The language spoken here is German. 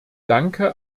danke